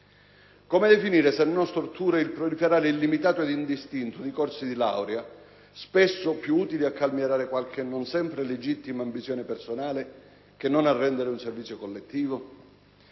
Come definire, se non storture, il proliferare illimitato ed indistinto dei corsi di laurea, spesso più utili a calmierare qualche, non sempre legittima, ambizione personale che non a rendere un servizio collettivo?